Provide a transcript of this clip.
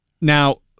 Now